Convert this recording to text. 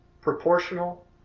proportional